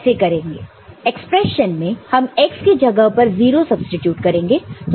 expression में हम x के जगह पर 0 सब्सीट्यूट करेंगे